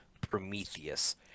Prometheus